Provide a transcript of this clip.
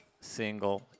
single